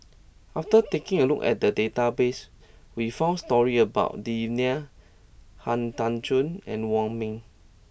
after taking a look at the database we found stories about Devan Nair Han Tan Juan and Wong Ming